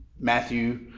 Matthew